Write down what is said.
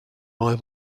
rival